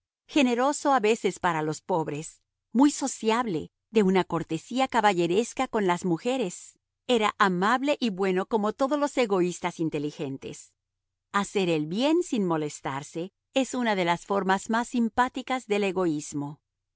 generoso a veces para los pobres muy sociable de una cortesía caballeresca con las mujeres era amable y bueno como todos los egoístas inteligentes hacer el bien sin molestarse es una de las formas más simpáticas del egoísmo